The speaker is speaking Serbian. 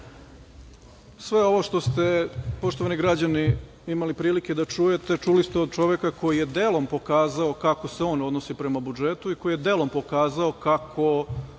Sve ovo što ste poštovani građani imali prilike da čujete, čuli ste od čoveka koji je delom pokazao kako se on odnosi prema budžetu i koji je delom pokazao kako